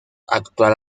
actual